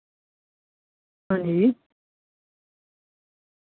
हांजी